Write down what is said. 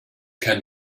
can